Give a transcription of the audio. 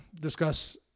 discuss